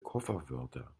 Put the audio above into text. kofferwörter